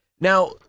Now